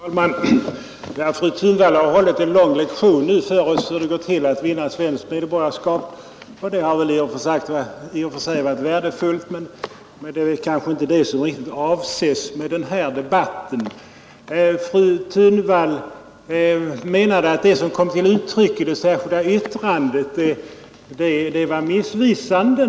Herr talman! Fru Thunvall har nu hållit en lång lektion för oss i hur det går till att vinna svenskt medborgarskap, och det har väl i och för sig varit värdefullt, men det är kanske inte riktigt det som avses med denna debatt. Fru Thunvall menade att det som framhållits i det särskilda yttrandet var missvisande.